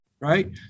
right